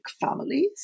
families